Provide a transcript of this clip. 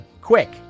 quick